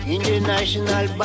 International